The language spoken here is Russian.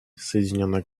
соединенное